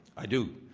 i do.